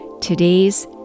today's